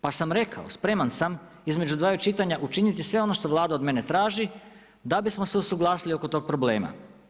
Pa sam rekao, spreman sam između dvaju čitanja učiniti sve ono što Vlada od mene traži da bismo se usuglasili oko tog problema.